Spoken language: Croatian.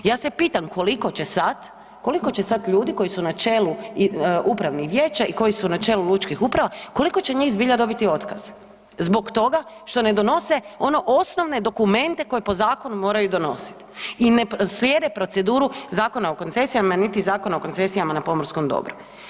Ja se pitam koliko će sad, koliko će sad ljudi koji su na čelu upravnih vijeća i koji su na čelu lučkih uprava, koliko će njih zbilja dobiti otkaz zbog toga što ne donose ono osnovne dokumente koje po zakonu moraju donosit i ne slijede proceduru Zakona o koncesijama, niti Zakona o koncesijama na pomorskom dobru?